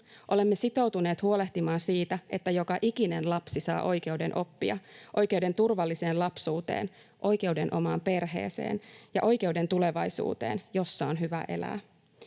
Olemme sitoutuneet huolehtimaan siitä, että joka ikinen lapsi saa oikeuden oppia, oikeuden turvalliseen lapsuuteen, oikeuden omaan perheeseen ja oikeuden tulevaisuuteen, jossa on hyvä elää.